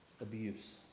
abuse